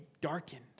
darkened